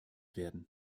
werden